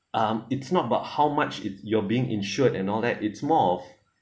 um it's not about how much you're being insured and all that it's more of